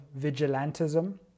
vigilantism